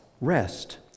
rest